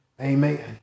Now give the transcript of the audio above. Amen